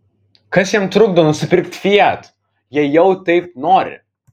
kas jam trukdo nusipirkti fiat jei jau taip nori